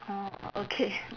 orh okay